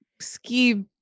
ski